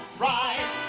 rise